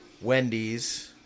Wendy's